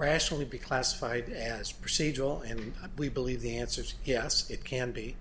rationally be classified as procedural and we believe the answer is yes it candy